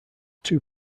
two